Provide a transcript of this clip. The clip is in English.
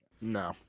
No